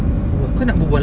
bual